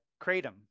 kratom